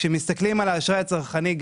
כשמסתכלים על האשראי הצרכני,